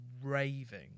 raving